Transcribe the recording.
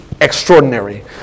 extraordinary